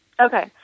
Okay